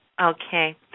Okay